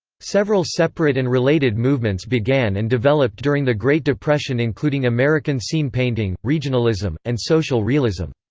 several separate and related movements began and developed during the great depression including american scene painting, regionalism, and social realism.